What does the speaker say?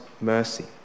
mercy